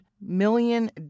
million